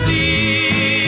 See